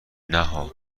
نها